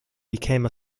became